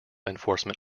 enforcement